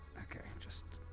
okay, just.